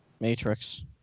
Matrix